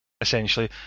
Essentially